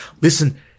Listen